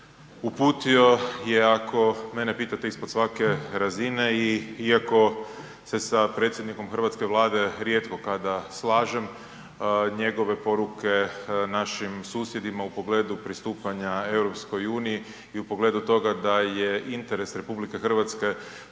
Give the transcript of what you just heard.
uputio je, ako mene pitate, ispod svake razine i iako se sa predsjednikom hrvatske Vlade rijetko kada slažem, njegove poruke našim susjedima u pogledu pristupanja EU i u pogledu toga da je interes RH proširenje